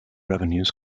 revenues